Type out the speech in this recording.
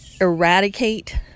eradicate